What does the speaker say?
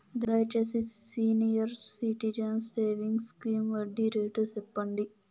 దయచేసి senior citizens savings scheme వడ్డీ rate సెప్పండి